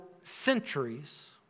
centuries